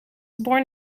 born